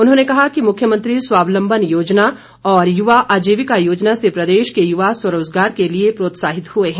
उन्होंने कहा कि मुख्यमंत्री स्वाबलंबन योजना और युवा आजीविका योजना से प्रदेश के युवा स्वरोजगार के लिए प्रोत्साहित हुए हैं